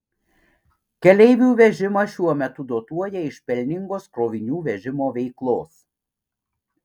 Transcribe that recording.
keleivių vežimą šiuo metu dotuoja iš pelningos krovinių vežimo veiklos